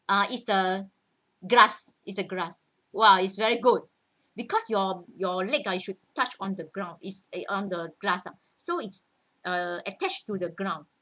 uh is the grass is the grass !wah! is very good because your your leg ah it should touch on the ground is on the grass ah so it's uh attached to the ground